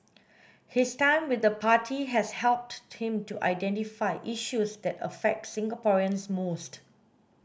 his time with the party has helped him to identify issues that affect Singaporeans most